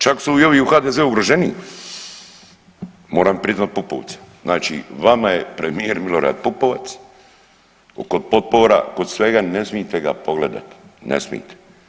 Čak su i ovi u HDZ-u ugroženiji moram priznati … [[ne razumije se]] Znači vama je premijer Milorad Pupovac kod potpora, kod svega, ne smijete ga pogledati, ne smijete.